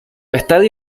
estadio